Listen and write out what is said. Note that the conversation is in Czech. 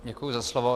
Děkuji za slovo.